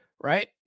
Right